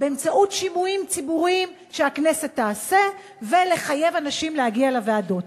באמצעות שימועים ציבוריים שהכנסת תעשה ולחייב אנשים להגיע לוועדות.